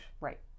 right